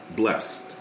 blessed